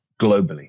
globally